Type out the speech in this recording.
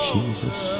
Jesus